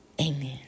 Amen